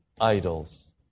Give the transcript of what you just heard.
idols